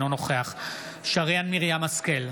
אינו נוכח שרן מרים השכל,